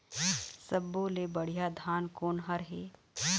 सब्बो ले बढ़िया धान कोन हर हे?